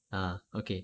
(uh huh) okay